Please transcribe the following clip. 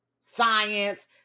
science